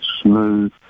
smooth